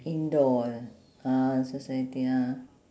indoor {ah] ah so sweaty ah